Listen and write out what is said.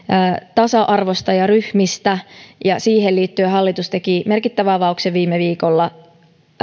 tasa arvosta ja ryhmistä ja siihen liittyen hallitus teki merkittävän avauksen viime viikolla